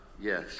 yes